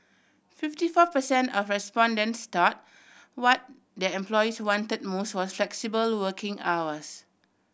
fifty four per cent of respondents thought what their employees wanted most was flexible working hours